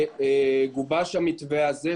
גובש המתווה הזה,